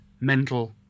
mental